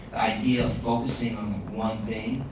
idea of focusing on one thing,